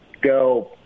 go